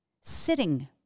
Sitting